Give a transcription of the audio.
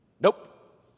Nope